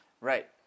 Right